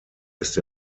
ist